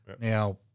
Now